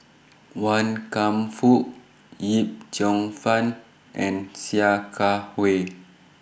Wan Kam Fook Yip Cheong Fun and Sia Kah Hui